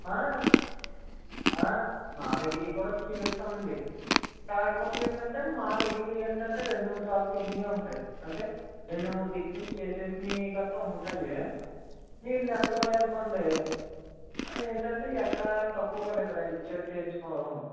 మా దగ్గరవి కూడా చూపిస్తామండి కాకపోతే ఏంటంటే మా దగ్గరవి ఏంటంటే రెండు మూడు సార్లు తిరిగినవే ఉంటాయి అంటే రెండు మూడు దిక్కులు చేసేసిని మీ గట్ట ఉంటాయి మీరు నెట్ లో అనుకోండి ఏంటంటే ఎక్కడ తక్కువ కదా ఇక్కడ ఇటు సైడు చేయించుకోవడం